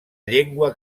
llengua